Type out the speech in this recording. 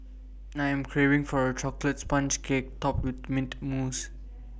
I am craving for A Chocolate Sponge Cake Topped with Mint Mousse